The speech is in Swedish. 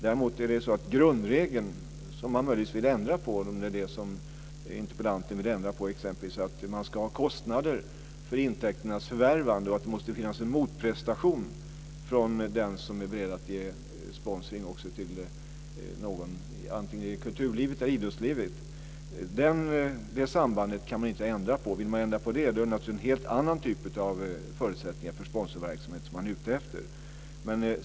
Däremot är det så när det gäller grundregeln, något som interpellanten möjligen vill ändra på, att man ska ha kostnader för intäkternas förvärvande och att det måste finnas en motprestation från den som är beredd att ge sponsring till någon, vare sig det gäller kulturlivet eller det gäller idrottslivet. Det inte går att ändra på det sambandet. Vill man ändra på det är det naturligtvis en helt annan typ av förutsättningar för sponsorverksamhet som man är ute efter.